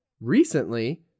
recently